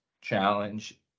challenge